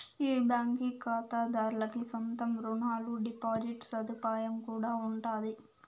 ఈ బాంకీ కాతాదార్లకి సొంత రునాలు, డిపాజిట్ సదుపాయం కూడా ఉండాది